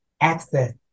access